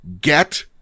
Get